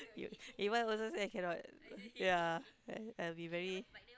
you if I also say cannot ya I'll be very